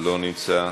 לא נמצא,